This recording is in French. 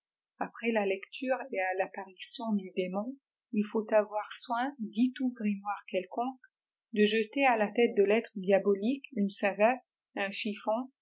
après la lecture et à l'apparition du démon il faut avoir soin dit tout grimoire quelconque dejeter à la tête de l'être diabolique uhe savate un chiffon